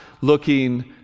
looking